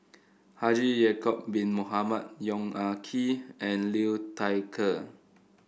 Haji Ya'acob Bin Mohamed Yong Ah Kee and Liu Thai Ker